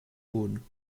boden